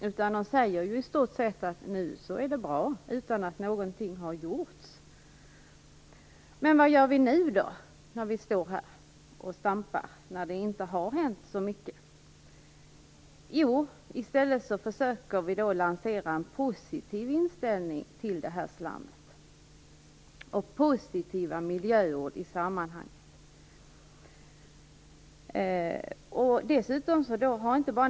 Man säger i stort sett att det är bra, utan att någonting har gjorts. Vad gör vi nu, när det inte hänt så mycket? Jo, i stället försöker vi lansera en positiv inställning till slammet och positiva miljöråd i sammanhanget.